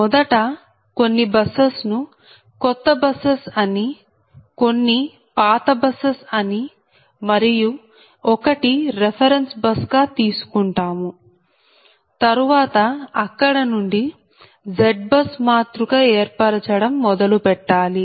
మొదట కొన్ని బసెస్ ను కొత్త బసెస్ అని కొన్ని పాత బసెస్ అని మరియు ఒకటి రెఫెరెన్స్ బస్ గా తీసుకుంటాము తరువాత అక్కడ నుండి ZBUS మాతృక ఏర్పరచడం మొదలుపెట్టాలి